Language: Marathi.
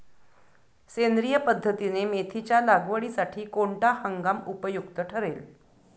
सेंद्रिय पद्धतीने मेथीच्या लागवडीसाठी कोणता हंगाम उपयुक्त ठरेल?